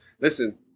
listen